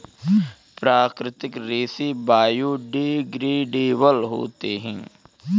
प्राकृतिक रेसे बायोडेग्रेडेबल होते है